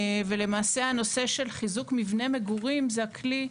ולמעשה הנושא של חיזוק מבנה מגורים זה הכלי,